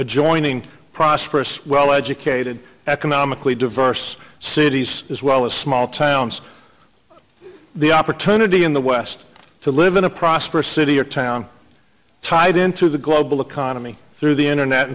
adjoining prosperous well educated economically diverse cities as well as small towns the opportunity in the west to live in a prosperous city or town time i'd into the global economy through the internet